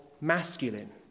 masculine